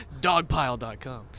Dogpile.com